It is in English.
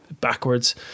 backwards